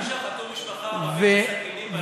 יהודים גם שחטו משפחה ערבית עם סכינים בלילה?